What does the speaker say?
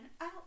out